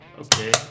Okay